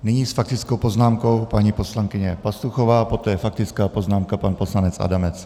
Nyní s faktickou poznámkou paní poslankyně Pastuchová, poté faktická poznámka pan poslanec Adamec.